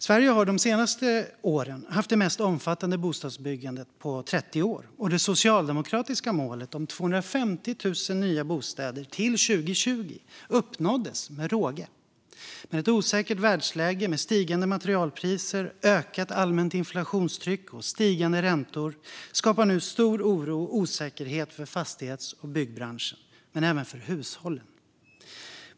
Sverige har de senaste åren haft det mest omfattande bostadsbyggandet på 30 år. Det socialdemokratiska målet om 250 000 nya bostäder till 2020 uppnåddes med råge. Men ett osäkert världsläge med stigande materialpriser, ökat allmänt inflationstryck och stigande räntor skapar nu stor oro och osäkerhet för fastighets och byggbranschen, men även för hushållen.